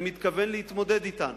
אני מתכוון להתמודד אתן,